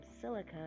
silica